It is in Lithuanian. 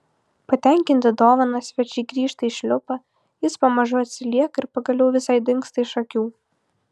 patenkinti dovana svečiai grįžta į šliupą jis pamažu atsilieka ir pagaliau visai dingsta iš akių